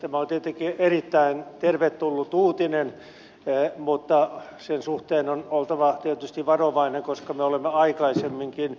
tämä on tietenkin erittäin tervetullut uutinen mutta sen suhteen on oltava tietysti varovainen koska me olemme aikaisemminkin